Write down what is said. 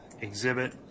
exhibit